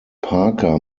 parker